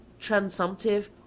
transumptive